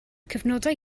cyfnodau